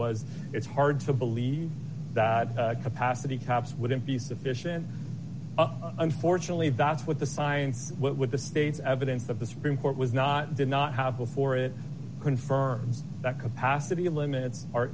was it's hard to believe that capacity cops wouldn't be sufficient unfortunately that's what the science what the state's evidence of the supreme court was not did not have before it confirms that capacity limit